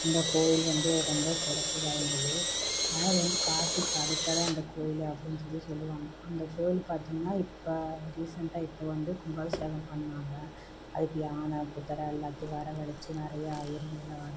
இந்த கோயில் வந்து ரொம்ப சிறப்பு வாய்ந்தது அதனால் அது வந்து காசிக்கு அடுத்ததாக அந்த கோயில் அப்படின்னு சொல்லி சொல்லுவாங்க அந்த கோயில் பார்த்தீங்கன்னா அதில் இப்போ ரீசன்ட்டாக இப்போ வந்து கும்பாபிஷேகம் பண்ணிணாங்க அதுக்கு யானை குதிர எல்லாத்தையும் வரவழைச்சு நிறையா ஐயருங்களை வரவழைச்சு